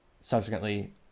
subsequently